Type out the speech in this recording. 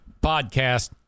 podcast